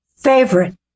favorite